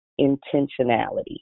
intentionality